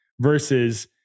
versus